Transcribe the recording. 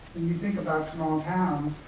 when you think about small town,